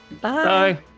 Bye